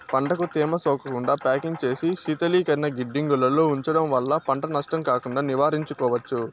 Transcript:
పంటకు తేమ సోకకుండా ప్యాకింగ్ చేసి శీతలీకరణ గిడ్డంగులలో ఉంచడం వల్ల పంట నష్టం కాకుండా నివారించుకోవచ్చు